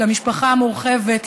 למשפחה המורחבת,